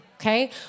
okay